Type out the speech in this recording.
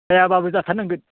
जायाब्लाबो जाथारनांगोन